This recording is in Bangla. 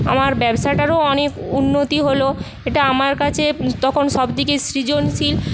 আমার ব্যবসাটারও অনেক উন্নতি হল এটা আমার কাছে তখন সব থেকে সৃজনশীল